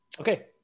Okay